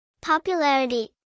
Popularity